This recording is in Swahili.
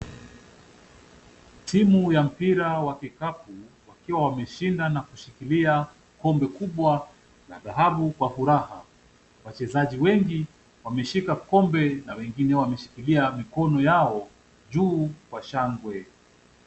Timu ya mpira wa kikapu wakiwa wameshinda na kushikilia kombe kubwa na dhahabu kwa furaha. Wachezaji wengi wameshika kombe na wengine wameshikilia mikono yao juu kwa shangwe.